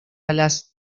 alas